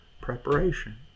preparation